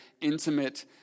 intimate